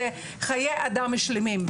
זה חיי אדם שלמים.